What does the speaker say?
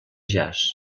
jazz